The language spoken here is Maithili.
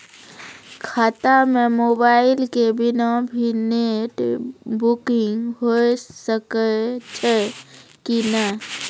खाता म मोबाइल के बिना भी नेट बैंकिग होय सकैय छै कि नै?